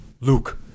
Luke